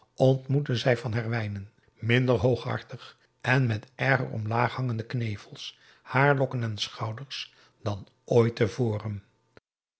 ontmoetten zij van herwijnen minder hooghartig en met erger omlaag hangende knevels haarlokken en schouders dan ooit